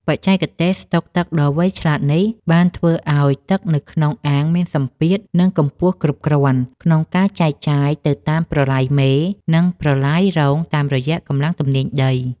បច្ចេកទេសស្តុកទឹកដ៏វៃឆ្លាតនេះបានធ្វើឱ្យទឹកនៅក្នុងអាងមានសម្ពាធ និងកម្ពស់គ្រប់គ្រាន់ក្នុងការចែកចាយទៅតាមប្រឡាយមេ និងប្រឡាយរងតាមរយៈកម្លាំងទំនាញដី។